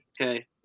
okay